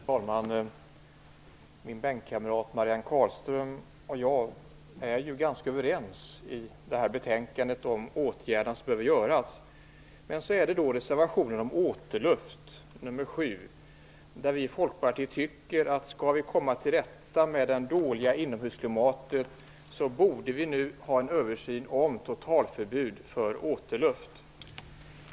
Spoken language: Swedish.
Herr talman! Min bänkkamrat Marianne Carlström och jag är ju ganska överens i det här betänkandet om de åtgärder som behöver göras. Men så har vi då reservationen om återluft, nr 7. Vi i Folkpartiet tycker att om vi skall komma till rätta med det dåliga inomhusklimatet nu borde vi ha en översyn om totalförbud för återluft.